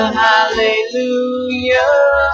hallelujah